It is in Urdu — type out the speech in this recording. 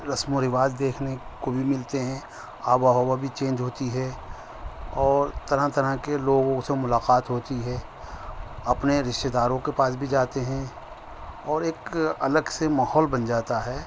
رسم و رواج دیکھنے کو بھی ملتے ہیں آب و ہوا بھی چینج ہوتی ہے اور طرح طرح کے لوگوں سے ملاقات ہوتی ہے اپنے رشتے داروں کے پاس بھی جاتے ہیں اور ایک الگ سے ماحول بن جاتا ہے